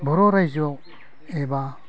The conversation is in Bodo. बर' रायजोआव एबा